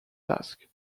task